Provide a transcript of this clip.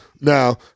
Now